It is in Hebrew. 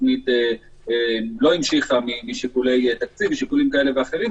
התוכנית לא ממשיכה משיקולי תקציב ומשיקולים כאלה ואחרים.